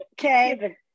Okay